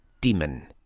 Demon